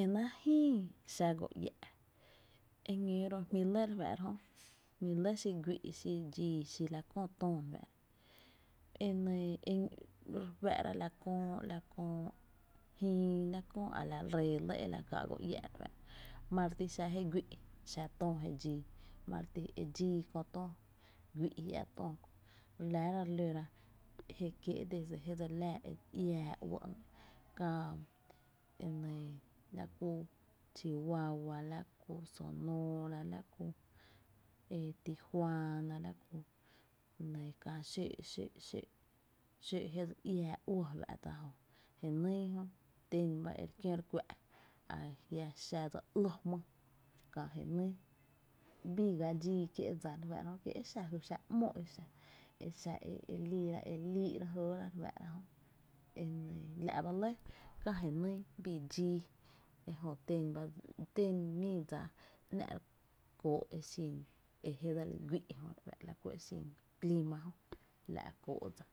Enáá’ jïï xa go iä’, eñóó ro’ jmí’ lɇ re fáá’ra jö, xi güi’ xi dxii la kö töö re fáá’ra, enɇɇ re fáá’ra la kö la köö jïï kö a la ree lɇ e la gáá’ go ia’ re fá’ra, ma re ti je güi’ xa töö je dxii ma re ti xa e dxii kö töö guí’ jia’ töö, re láá’ra re lóra je kiéé’ desde je dse li laa e iáá uɇ, kää enɇɇ la ku Chihuahua la ku Sonora la kú e Tijuaana la ku enɇ enɇɇ la kä xóó’ xóó’, xóó’ je dse iáá uɇɇ ju’atá’ jenyy Jö tén ba re kIó re kuⱥ’ a jia xa dse ´lo jmý kä jenyy, bii ga dxii kié’ dsa re fáá’ra jönɇ ki exa xáá’ ´mo e xa e liira e lii’ re jɇɇre re fáá’rra, la’ ba lɇ kää je nyy bii dxii ejö té’ mii dsa e ‘nⱥ’ kóó’ e je dse li güi’ e xin cli jö la’ kóó’ dsa